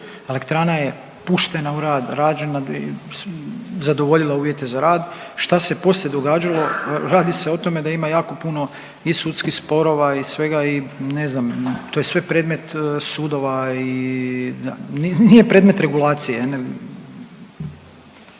elektrana je puštena u rad, rađena, zadovoljila uvjete za rad. Šta se poslije događalo? Radi se o tome da ima jako puno i sudskih sporova i svega i ne znam, to je sve predmet sudova i nije predmet regulacije.